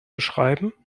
beschreiben